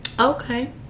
Okay